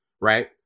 right